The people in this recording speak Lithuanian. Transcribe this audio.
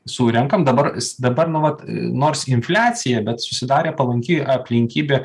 surenkam dabar dabar nu vat nors infliacija bet susidarė palanki aplinkybė